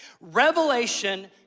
Revelation